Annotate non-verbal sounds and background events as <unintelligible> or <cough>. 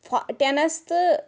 <unintelligible> tennis تہٕ